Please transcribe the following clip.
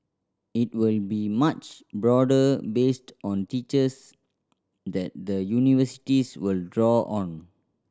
it will be much broader based on teachers that the universities will draw on